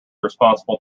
responsible